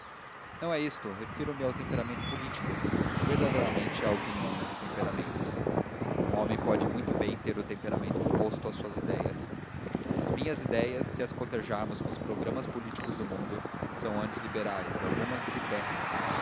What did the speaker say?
não é isso refiro-me ao temperamento político verdadeiramente há opiniões e temperamentos um homem pode muito bem ter o temperamento oposto às suas ideias as minhas ideias se as cotejarmos com os programas políticos do mundo são antes liberais e algumas